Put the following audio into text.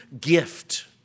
gift